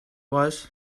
was